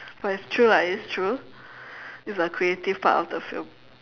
but it's true lah it's true it's a creative part of the film